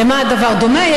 למה הדבר דומה?